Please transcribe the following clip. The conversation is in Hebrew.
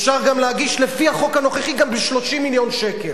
אפשר להגיש, לפי החוק הנוכחי, גם ב-30 מיליון שקל.